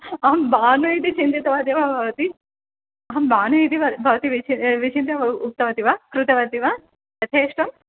अहं बानु इति चिन्तितवती वा भवती अहं भानु इति भवती विचिन्त्य उक्तवती वा कृतवती वा यथेष्टं